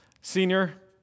senior